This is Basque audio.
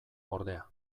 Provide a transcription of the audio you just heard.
ordea